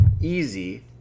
easy